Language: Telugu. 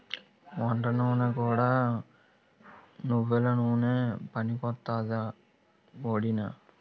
వంటనూనెగా కూడా నువ్వెల నూనె పనికొత్తాదా ఒదినా?